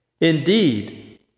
Indeed